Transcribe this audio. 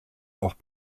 auch